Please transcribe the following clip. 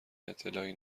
اطلاعی